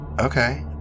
okay